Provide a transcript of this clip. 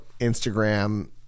Instagram